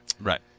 Right